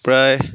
প্ৰায়